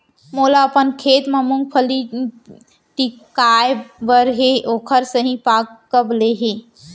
मोला अपन खेत म मूंगफली टिपकाय बर हे ओखर सही पाग कब ले हे?